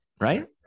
Right